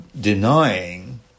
denying